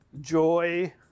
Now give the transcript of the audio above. joy